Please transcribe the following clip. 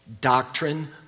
Doctrine